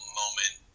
moment